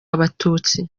abatutsi